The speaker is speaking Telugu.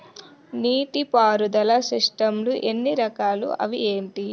నీటిపారుదల సిస్టమ్ లు ఎన్ని రకాలు? అవి ఏంటి?